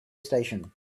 station